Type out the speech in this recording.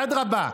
אדרבה,